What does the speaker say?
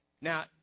Now